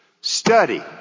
Study